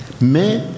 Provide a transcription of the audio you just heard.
Mais